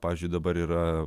pavyzdžiui dabar yra